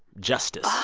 justice